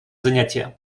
занятие